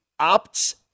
opts